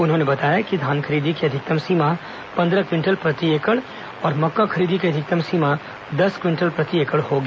उन्होंने बताया कि धान खरीदी की अधिकतम सीमा पंद्रह क्विंटल प्रति एकड़ और मक्का खरीदी की अधिकतम सीमा दस क्विंटल प्रति एकड़ होगी